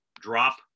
drop